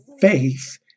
faith